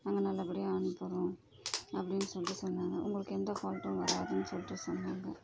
நாங்கள் நல்லபடியாக அனுப்புகிறோம் அப்படின்னு சொல்லிட்டு சொன்னாங்க உங்களுக்கு எந்த ஃபால்ட்டும் வராதுன்னு சொல்லிட்டு சொன்னாங்க